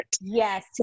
Yes